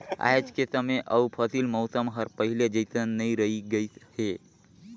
आयज के समे अउ मउसम हर पहिले जइसन नइ रही गइस हे